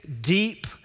deep